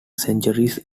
centuries